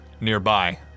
nearby